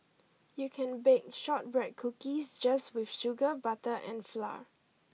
you can bake shortbread cookies just with sugar butter and flour